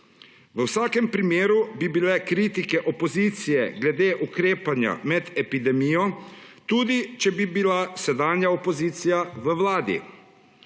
V vsakem primeru bi bile kritike opozicije glede ukrepanja med epidemijo, tudi če bi bila sedanja opozicija v vladi.